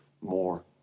more